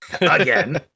again